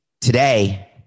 Today